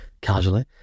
casually